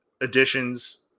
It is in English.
additions